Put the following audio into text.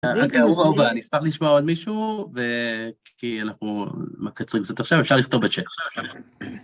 אהובה, אהובה, אני אשמח לשמוע עוד מישהו ו... כי אנחנו מקצרים קצת עכשיו, אפשר לכתוב בצאט.